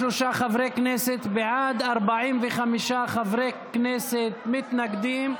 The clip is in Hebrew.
43 חברי כנסת בעד, 45 חברי כנסת מתנגדים.